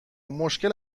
مشکل